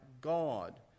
God